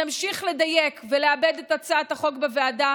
נמשיך לדייק ולעבד את הצעת החוק בוועדה